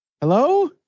hello